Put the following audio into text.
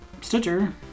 Stitcher